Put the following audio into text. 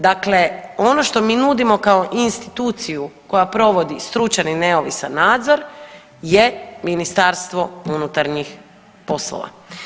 Dakle, ono što mi nudimo kao instituciju koja provodi stručan i neovisan nadzor je Ministarstvo unutarnjih poslova.